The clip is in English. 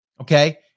okay